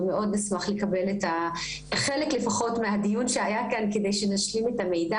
מאוד נשמח לקבל את חלק לפחות מהדיון שהיה כאן כדי שנשלים את המידע